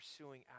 pursuing